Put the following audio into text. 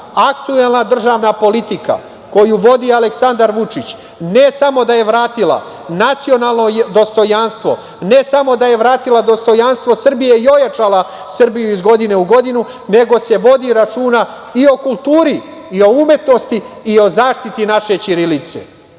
aktuelna državna politika koju vodi Aleksandar Vučić ne samo da je vratila nacionalno dostojanstvo, ne samo da je vratila dostojanstvo Srbije i ojačala Srbiju iz godine u godinu, nego se vodi računa i o kulturi i o umetnosti i o zaštiti naše ćirilice.